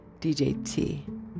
DJT